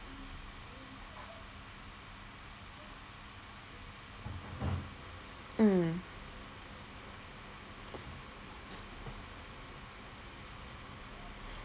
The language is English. mm